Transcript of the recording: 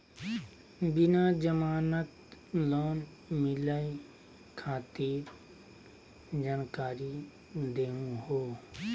बिना जमानत लोन मिलई खातिर जानकारी दहु हो?